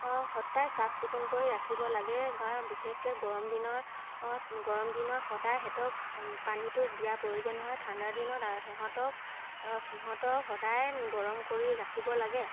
সদায় চাফ চিকুণ কৰি ৰাখিব লাগে কাৰণ বিশেষকৈ গৰম দিনৰ গৰম দিনত সদায় সিহঁতক পানীটো দিয়া প্ৰয়োজন হয় ঠাণ্ডাৰ দিনত সিহঁতক সিহঁতক সদায় গৰম কৰি ৰাখিব লাগে